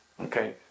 Okay